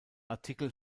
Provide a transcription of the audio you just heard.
artikel